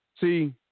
See